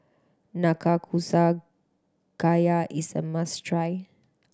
Nanakusa Gayu is a must try